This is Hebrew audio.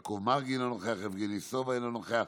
יעקב מרגי, אינו נוכח, יבגני סובה, אינו נוכח.